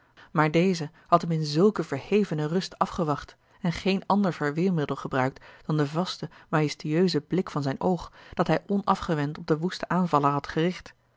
maar deze had hem in zulke verhevene rust afgewacht en geen ander verweermiddel gebruikt dan den vasten majestueuzen blik van zijn oog dat hij onafgewend op den woesten aanvaller had gericht